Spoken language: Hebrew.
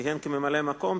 שכיהן כממלא-מקום,